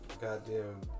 goddamn